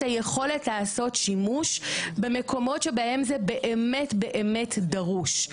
היכולת לעשות שימוש במקומות שבהם זה באמת באמת דרוש.